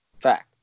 Fact